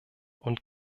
und